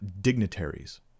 dignitaries